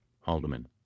Haldeman